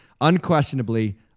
unquestionably